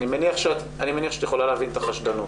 אני מניח שאת יכולה להבין את החשדנות.